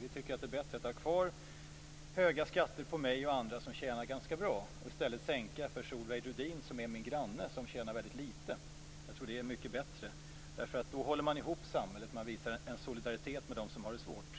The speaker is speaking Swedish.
Vi tycker att det är bättre att ha kvar höga skatter på mig och andra som tjänar ganska bra, och i stället sänka skatterna för Solveig Rudin, som är min granne och tjänar litet. Det är mycket bättre. Då håller man ihop samhället och visar en solidaritet med dem som har det svårt.